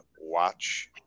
watch